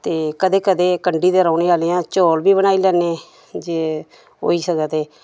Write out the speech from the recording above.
ते कदें कदें कंडी दे रौह्ने आह्ले आं चौल बी बनाई लैने जे होई सकै ते